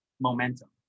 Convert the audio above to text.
momentum